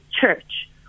church